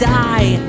die